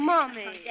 Mommy